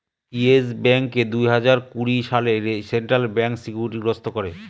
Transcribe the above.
yes ব্যাঙ্ককে দুই হাজার কুড়ি সালে সেন্ট্রাল ব্যাঙ্ক সিকিউরিটি গ্রস্ত করে